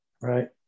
right